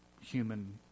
human